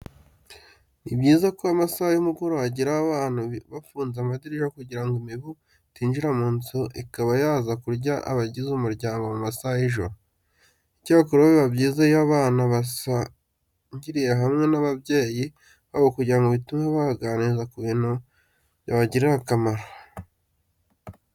Ni byiza ko amasaha y'umugoroba agera abantu bafunze amadirishya kugira ngo imibu itinjira mu nzu ikaba yaza kurya abagize umuryango mu masaha y'ijoro. Icyakora, biba byiza iyo abana basangiriye hamwe n'ababyeyi babo kuko bituma babaganiriza ku bintu byabagirira akamaro.